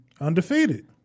undefeated